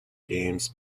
games